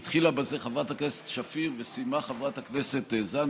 התחילה בזה חברת הכנסת שפיר וסיימה חברת הכנסת זנדברג,